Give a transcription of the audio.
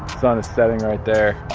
sun is setting right there.